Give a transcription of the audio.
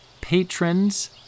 patrons